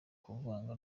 kuvanga